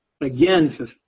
Again